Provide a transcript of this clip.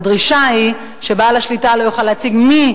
הדרישה היא שבעל השליטה לא יוכל להציג מי